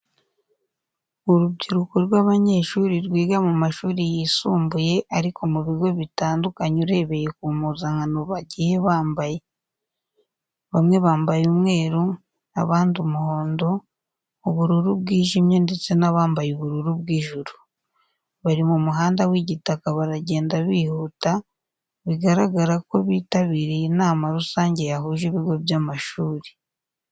Urubyiruko rw'abanyeshuri rwiga mu mashuri yisumbuye ariko mu bigo bitandukanye urebeye ku mpuzankano bagiye bambaye. Bamwe bambaye umweru, abandi umuhondo, ubururu bwijimye ndetse n'abambaye ubururu bw'ijuru. Bari mu muhanda w'igitaka baragenda bihuta bigaragara ko bitabiriye inama rusange yahuje ibigo by'amashuri.